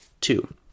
Two